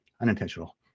unintentional